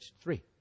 three